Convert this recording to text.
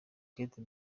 kate